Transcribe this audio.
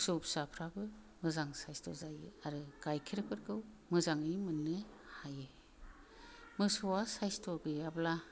मोसौ फिसाफ्राबो मोजां साइसथ' जायो आरो गायखेरफोरखौ मोजाङै मोननो हायो मोसौआ साइसथ' गैयाब्ला